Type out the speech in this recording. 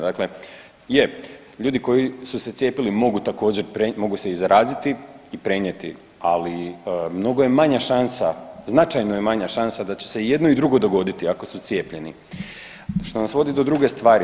Dakle je, ljudi koji su se cijepili mogu također, mogu se i zaraziti i prenijeti, ali mnogo je manja šansa, značajno je manja šansa da će se i jedno i drugo dogoditi ako su cijepljeni, što nas vodi do druge stvari.